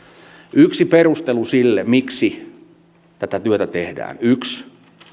yksi perustelu sille miksi tätä työtä tehdään yksi